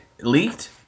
leaked